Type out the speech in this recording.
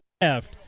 left